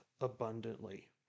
abundantly